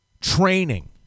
training